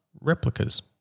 replicas